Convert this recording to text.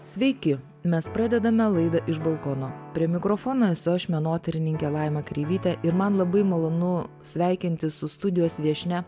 sveiki mes pradedame laidą iš balkono prie mikrofono esu aš menotyrininkė laima kreivytė ir man labai malonu sveikintis su studijos viešnia